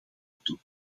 worden